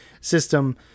system